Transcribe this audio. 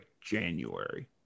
January